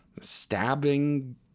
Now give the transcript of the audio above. stabbing